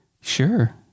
Sure